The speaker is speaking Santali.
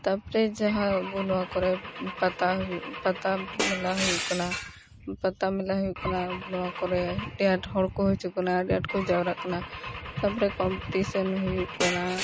ᱛᱟᱯᱚᱨᱮ ᱡᱟᱦᱟᱸ ᱟᱵᱚ ᱱᱚᱣᱟ ᱠᱚᱨᱮ ᱯᱟᱛᱟ ᱦᱩᱭᱩᱜ ᱯᱟᱛᱟ ᱢᱮᱞᱟ ᱦᱩᱭᱩᱜ ᱠᱟᱱᱟ ᱯᱟᱛᱟ ᱢᱮᱞᱟ ᱦᱩᱭᱩᱜ ᱠᱟᱱᱟ ᱟᱵᱚ ᱱᱚᱣᱟ ᱠᱚᱨᱮ ᱟᱹᱰᱤ ᱟᱸᱴ ᱦᱚᱲ ᱠᱚ ᱦᱤᱡᱩᱜ ᱠᱟᱱᱟ ᱟᱹᱰᱤ ᱟᱸᱴ ᱠᱚ ᱡᱟᱣᱨᱟᱜ ᱠᱟᱱᱟ ᱛᱟᱯᱚᱨᱮ ᱠᱳᱢᱯᱤᱴᱤᱥᱮᱱ ᱦᱩᱭᱩᱜ ᱠᱟᱱᱟ